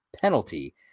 penalty